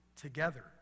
together